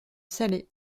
salé